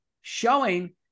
showing